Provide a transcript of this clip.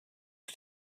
wyt